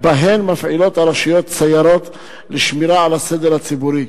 שמפעילות סיירות לשמירה על הסדר הציבורי.